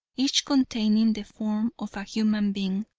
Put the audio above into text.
each containing the form of a human being.